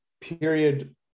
period